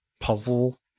puzzle